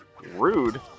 Rude